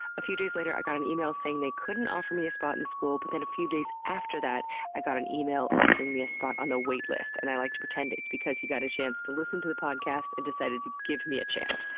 a few days later i got an email saying they couldn't offer me a spot in the school but then a few days after that i got an email offering me a spot on the waitlist and i like to pretend it's because he got a chance to listen to the podcast and decided to give me a chance.